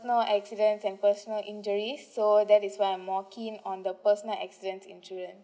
accident and personal injuries so that is why I'm more keen on the personal accident insurances